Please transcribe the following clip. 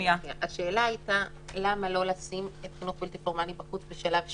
השאלה היתה למה לא לשים חינוך בלתי פורמלי בחוץ בשלב 2?